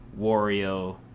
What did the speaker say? Wario